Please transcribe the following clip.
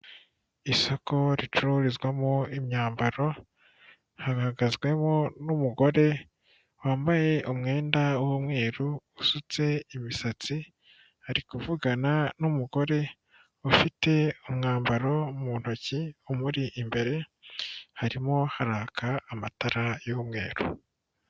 Isoko ricururizwamo imyambaro, hahagazwemo n'umugore wambaye umwenda w'umweru usutse imisatsi, ari kuvugana n'umugore ufite umwambaro mu ntoki umuri imbere, harimo haraka amatara y'umweru.